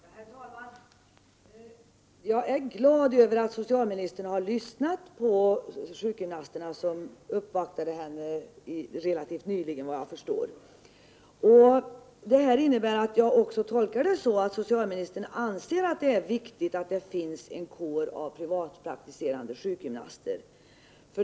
Herr talman! Jag är glad över att socialministern har lyssnat på sjukgymnasterna som uppvaktade henne relativt nyligen. Jag tolkar därför det som socialministern sade så, att hon anser att det är viktigt att det finns en kår av privatpraktiserande sjukgymnaster.